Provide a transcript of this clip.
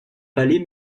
palais